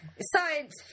Science